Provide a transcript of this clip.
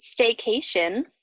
staycation